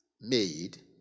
made